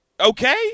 Okay